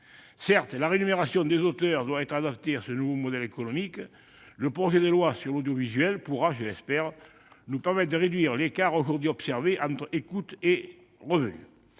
Certes, la rémunération des auteurs doit être adaptée à ce nouveau modèle économique. Le projet de loi sur l'audiovisuel nous permettra, je l'espère, de réduire l'écart aujourd'hui observé entre écoute et revenus.